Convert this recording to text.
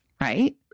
Right